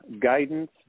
guidance